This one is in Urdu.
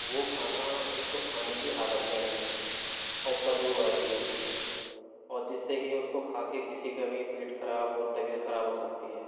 وہ کھانا ایک تو کھانے کی حالت میں نہیں ہے اور بدبُو آ رہی ہے اور جس سے کہ اُس کو کھا کے کسی کا بھی پیٹ خراب اور طبیعت خراب ہو سکتی ہے